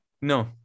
no